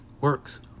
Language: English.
works